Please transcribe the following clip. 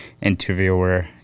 interviewer